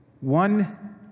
one